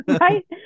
Right